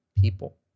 people